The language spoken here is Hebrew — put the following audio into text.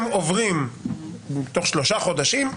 הם עוברים תוך שלושה חודשים,